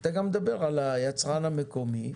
ואתה גם מדבר על היצרן המקומי.